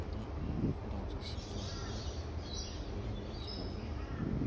धेरै कुराहरू सिक्यो हामीले ल्याङ्ग्वेज भयो